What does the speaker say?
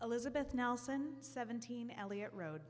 elizabeth nelson seventeen elliott road